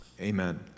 Amen